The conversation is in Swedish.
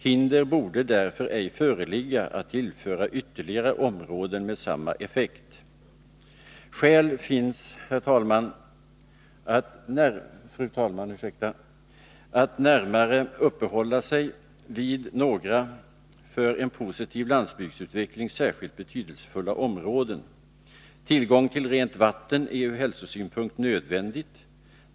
Hinder borde därför ej föreligga att tillföra ytterligare områden med samma effekt. Skäl finns, fru talman, att närmare uppehålla sig vid några för en positiv landsbygdsutveckling särskilt betydelsefulla områden. Tillgången till rent vatten är ur hälsosynpunkt nödvändig.